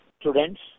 students